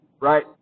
right